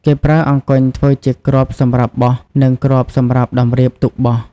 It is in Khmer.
គេប្រើអង្គញ់ធ្វើជាគ្រាប់សម្រាប់បោះ និងគ្រាប់សម្រាប់តម្រៀបទុកបោះ ។